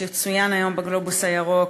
שצוין היום ב"גלובוס הירוק",